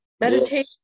Meditation